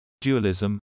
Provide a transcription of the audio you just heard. dualism